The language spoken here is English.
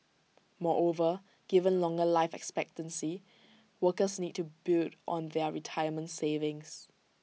moreover given longer life expectancy workers need to build on their retirement savings